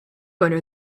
under